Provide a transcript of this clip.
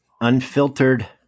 unfiltered